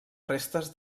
restes